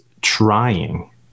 trying